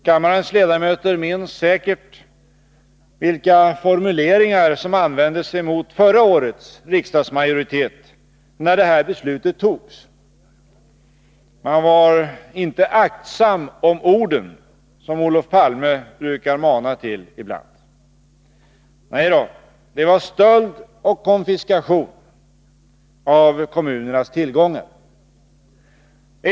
Kammarens ledamöter minns säkert vilka formuleringar som användes mot förra årets riksdagsmajoritet när det här beslutet togs. Man var inte aktsam om orden, som Olof Palme brukar mana till ibland. Nej då. Det var stöld och konfiskation av kommunernas tillgångar.